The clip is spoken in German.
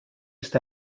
ist